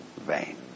vain